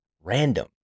random